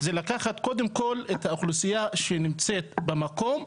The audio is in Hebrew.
זה לקחת קודם כל את האוכלוסייה שנמצאת במקום,